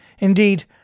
Indeed